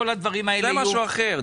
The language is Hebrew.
זה משהו אחר.